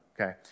okay